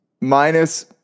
minus